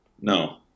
No